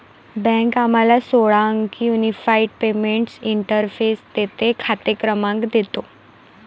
bank आम्हाला सोळा अंकी युनिफाइड पेमेंट्स इंटरफेस देते, खाते क्रमांक देतो